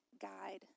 guide